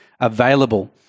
available